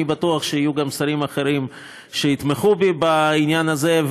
אני בטוח שיהיו גם שרים אחרים שיתמכו בי בעניין הזה,